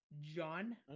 John